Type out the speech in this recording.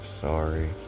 sorry